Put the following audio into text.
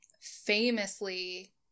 Famously